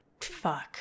Fuck